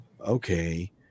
okay